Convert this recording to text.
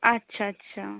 আচ্ছা আচ্ছা